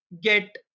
get